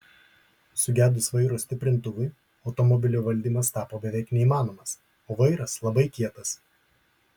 sugedus vairo stiprintuvui automobilio valdymas tapo beveik neįmanomas o vairas labai kietas